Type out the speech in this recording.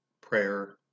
prayer